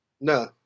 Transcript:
no